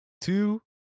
two